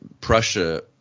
Prussia